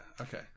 Okay